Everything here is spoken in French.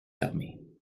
fermés